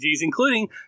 including